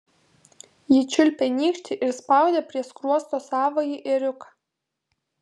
ji čiulpė nykštį ir spaudė prie skruosto savąjį ėriuką